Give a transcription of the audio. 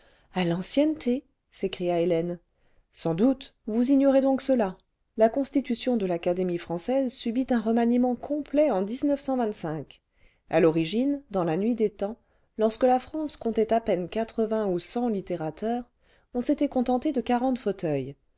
a l'ancienneté s'écria hélène sans doute vous ignorez donc cela la constitution de l'académie française subit un remaniement complet en à l'origine dans la nuit des temps lorsque la france comptait à peine quatre-vingts où cent littérateurs on s'était contenté de quarante fauteuils